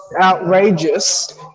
outrageous